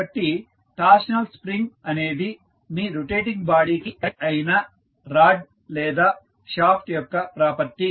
కాబట్టి torsional spring అనేది మీ రొటేటింగ్ బాడీ కి కనెక్ట్ అయిన రాడ్ లేదా షాఫ్ట్ యొక్క ప్రాపర్టీ